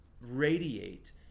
radiate